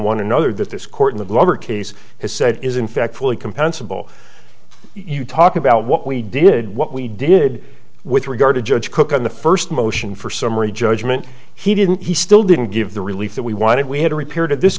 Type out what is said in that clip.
one another that this court of law or case has said is in fact fully compensable you talk about what we did what we did with regard to judge cook in the first motion for summary judgment he didn't he still didn't give the relief that we wanted we had to repair to this